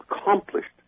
accomplished